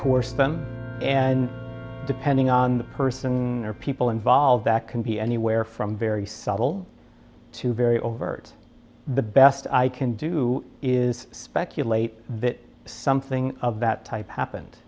course then and depending on the person or people involved that can be anywhere from very subtle to very overt the best i can do is speculate that something of that type happened